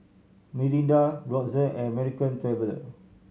Mirinda Brotzeit and American Traveller